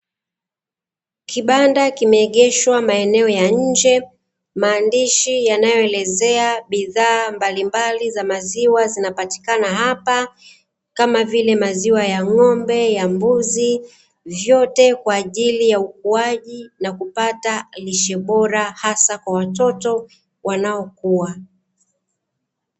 Kibanda kimeegeshwa maeneo ya nje maandishi yanayoelezea bidhaa mbalimbali za maziwa zinapatikana hapa kama vile: maziwa ya ngo’ombe, ya mbuzi vyote kwa ajili ya ukuaji na kupata virutubisho bora hasa kwa watoto wanaokua.